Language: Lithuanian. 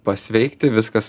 pasveikti viskas